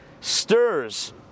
stirs